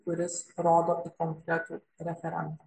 kuris rodo į konkretų referentą